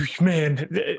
Man